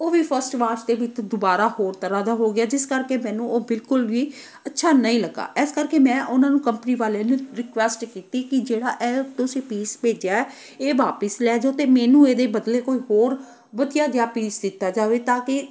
ਉਹ ਵੀ first wash ਦੇ ਵਿੱਚ ਦੁਬਾਰਾ ਹੋਰ ਤਰ੍ਹਾਂ ਦਾ ਹੋ ਗਿਆ ਜਿਸ ਕਰਕੇ ਮੈਨੂੰ ਉਹ ਬਿਲਕੁਲ ਵੀ ਅੱਛਾ ਨਹੀਂ ਲੱਗਾ ਇਸ ਕਰਕੇ ਮੈਂ ਉਹਨਾਂ ਨੂੰ ਕੰਪਨੀ ਵਾਲਿਆਂ ਨੂੰ ਰਿਕੁਐਸਟ ਕੀਤੀ ਕਿ ਜਿਹੜਾ ਇਹ ਤੁਸੀਂ ਪੀਸ ਭੇਜਿਆ ਇਹ ਵਾਪਸ ਲੈ ਜਾਉ ਅਤੇ ਮੈਨੂੰ ਇਹਦੇ ਬਦਲੇ ਕੋਈ ਹੋਰ ਵਧੀਆ ਜਿਹਾ ਪੀਸ ਦਿੱਤਾ ਜਾਵੇ ਤਾਂ ਕਿ